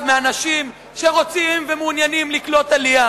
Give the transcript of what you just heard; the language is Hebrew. מאנשים שרוצים ומעוניינים לקלוט עלייה.